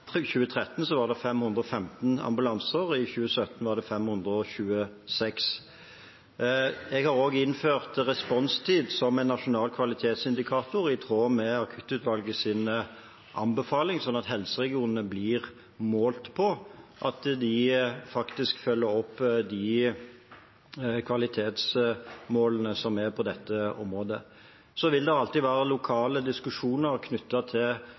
2013, var det 515 ambulanser, og i 2017 var det 526. Jeg har også innført responstid som en nasjonal kvalitetsindikator, i tråd med Akuttutvalgets anbefaling, slik at helseregionene blir målt på at de faktisk følger opp de kvalitetsmålene som er på dette området. Så vil det alltid være lokale diskusjoner knyttet til